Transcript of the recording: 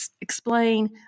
explain